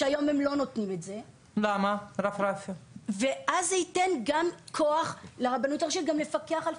שהיום הם לא נותנים את זה ואז זה ייתן גם כוח לרבנות הראשית לפקח על